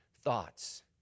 thoughts